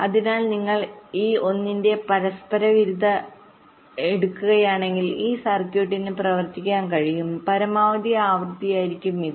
അതിനാൽ നിങ്ങൾ ഈ 1 ന്റെ പരസ്പരവിരുദ്ധത എടുക്കുകയാണെങ്കിൽ ഈ സർക്യൂട്ടിന് പ്രവർത്തിക്കാൻ കഴിയുന്ന പരമാവധി ആവൃത്തിയായിരിക്കും ഇത്